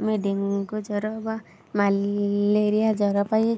ଆମେ ଡେଙ୍ଗୁ ଜ୍ବର ବା ମ୍ୟାଲେରିଆ ଜ୍ବର ପାଇଁ